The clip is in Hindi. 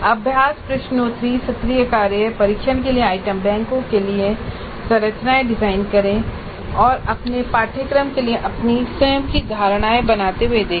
अभ्यास प्रश्नोत्तरी सत्रीय कार्य परीक्षण के लिए आइटम बैंकों के लिए संरचनाएँ डिज़ाइन करें और अपने पाठ्यक्रम के लिए अपनी स्वयं की धारणाएँ बनाते हुए देखें